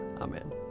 Amen